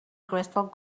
crystal